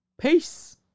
Peace